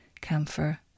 Camphor